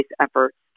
efforts